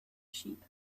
sheep